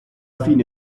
fine